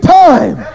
time